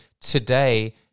today